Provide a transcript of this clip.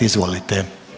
Izvolite.